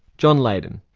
john leyden.